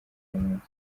inyamaswa